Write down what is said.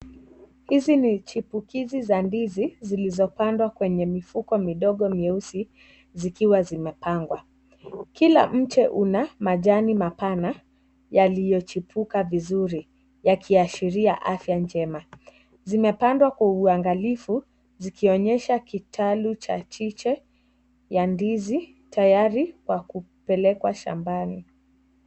Hizi ni chipukizi za ndizi zilizopandwa kwenye mifuko midogo mieusi zikiwa zimepangwa. Kila mche una majani mapana yaliyochipuka vizuri yakiashiria afya njema. Zimepandwa kwa uangalifu zikionyesha kitalu cha chiche ya ndizi tayari kwa kupelekwa shambani.